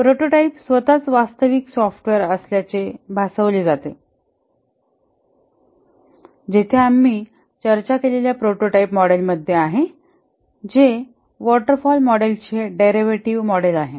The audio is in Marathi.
प्रोटोटाइप स्वतःच वास्तविक सॉफ्टवेअर असल्याचे भासवले जाते जेथे आम्ही चर्चा केलेल्या प्रोटोटाइप मॉडेलमध्ये आहे जे वॉटर फॉल मॉडेलचे डेरिव्हेटिव्ह मॉडेल आहे